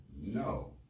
No